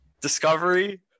discovery